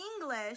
English